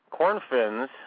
Cornfins